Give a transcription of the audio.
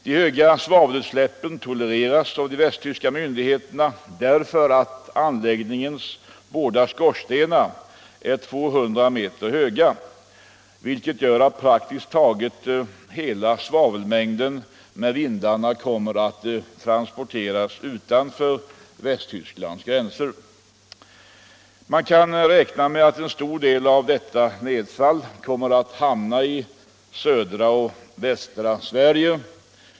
De höga svavelutsläppen tolereras av de västtyska myndigheterna därför att anläggningens båda skorstenar är 200 m höga, vilket gör att praktiskt taget hela svavelmängden med vindarna kommer att transporteras utanför Västtysklands gränser. Man kan räkna med att en stor del av detta nedfall kommer att hamna i södra och västra Sverige.